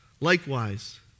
likewise